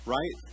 Right